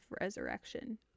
resurrection